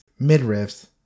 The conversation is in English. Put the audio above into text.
midriffs